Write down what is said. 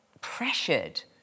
pressured